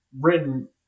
written